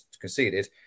conceded